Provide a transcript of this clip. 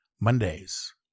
Mondays